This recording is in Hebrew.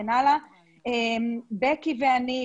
בקי ואני,